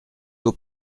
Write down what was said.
aux